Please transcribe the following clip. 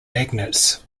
magnets